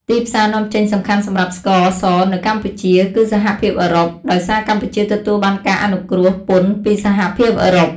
ទីផ្សារនាំចេញសំខាន់សម្រាប់ស្ករសនៅកម្ពុជា គឺសហភាពអឺរ៉ុប ដោយសារកម្ពុជាទទួលបានការអនុគ្រោះពន្ធពីសហភាពអឺរ៉ុប។